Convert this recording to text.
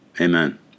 Amen